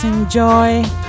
enjoy